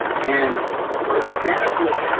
and what stanhope is,